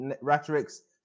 rhetorics